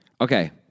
Okay